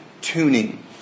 tuning